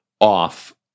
off